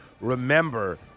Remember